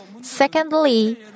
Secondly